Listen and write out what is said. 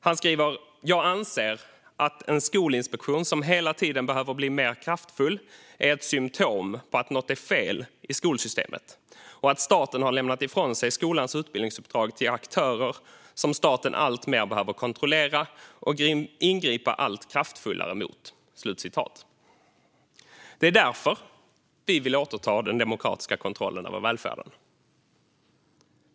Han skriver: "Jag anser också att en skolinspektion som hela tiden behöver bli mer kraftfull är ett symtom på att något är fel i skolsystemet och att staten har lämnat ifrån sig skolans utbildningsuppdrag till aktörer som staten alltmer behöver kontrollera och ingripa allt kraftfullare mot." Det är därför vi vill återta den demokratiska kontrollen över välfärden.